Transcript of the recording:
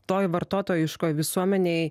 toje vartotojiškoje visuomenėje